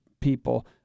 people